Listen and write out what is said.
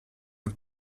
und